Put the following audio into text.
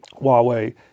Huawei